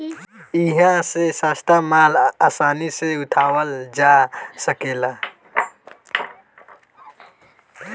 इहा से सस्ता माल आसानी से उठावल जा सकेला